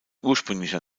ursprünglicher